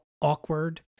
awkward